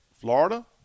Florida